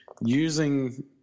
using